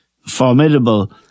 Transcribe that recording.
formidable